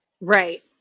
Right